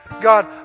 God